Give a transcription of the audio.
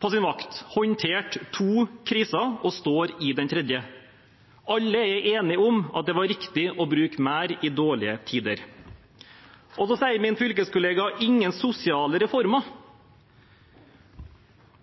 på sin vakt håndtert to kriser og står i den tredje. Alle er enige om at det var riktig å bruke mer i dårlige tider, og da sier min fylkeskollega: ingen sosiale reformer.